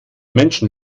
menschen